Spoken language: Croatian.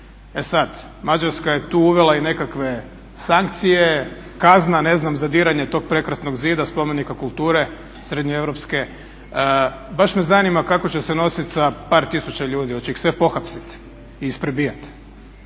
E sad Mađarska je tu uvela i nekakve sankcije. Kazna ne znam za diranje tog prekrasnog zida, spomenika kulture srednjoeuropske baš me zanima kako će se nositi sa par tisuća ljudi, hoće ih sve pohapsiti i isprebijati?